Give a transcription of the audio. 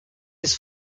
his